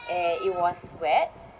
and it was wet